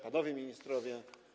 Panowie Ministrowie!